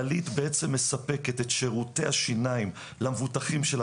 כללית בעצם מספקת את שירותי השיניים למבוטחים שלה